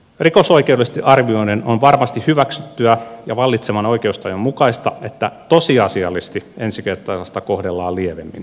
rikosoikeudellisesti arvioiden on varmasti hyväksyttyä ja vallitsevan oikeustajun mukaista että tosiasiallisesti ensikertalaista kohdellaan lievemmin